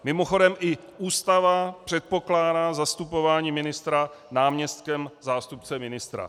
Mimochodem, i Ústava předpokládá zastupování ministra náměstkem, zástupcem ministra.